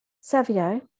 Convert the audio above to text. Savio